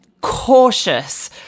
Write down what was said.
cautious